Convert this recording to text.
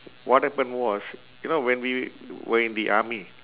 what happen was you know when we were in the army